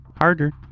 harder